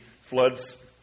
floods